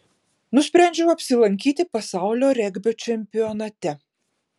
nusprendžiau apsilankyti pasaulio regbio čempionate